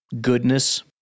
goodness